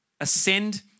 ascend